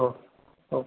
हो हो